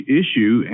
issue